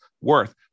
worth